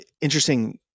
interesting